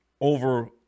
over